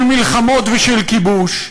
של מלחמות ושל כיבוש.